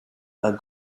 are